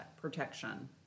protection